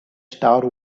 star